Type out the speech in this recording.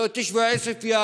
לא את תושבי עוספיא,